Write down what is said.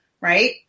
right